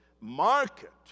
market